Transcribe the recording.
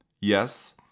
Yes